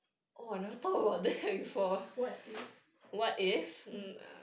what if